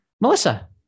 Melissa